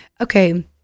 okay